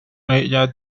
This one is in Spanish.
ella